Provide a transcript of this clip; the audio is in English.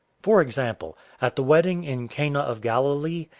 for example, at the wedding in cana of galilee,